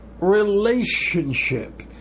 relationship